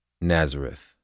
Nazareth